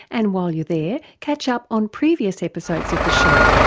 and while you're there catch up on previous episodes of the show,